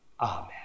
Amen